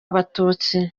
abatutsi